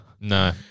No